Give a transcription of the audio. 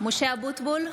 (קוראת בשמות חברי הכנסת) משה אבוטבול,